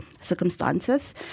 circumstances